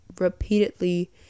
repeatedly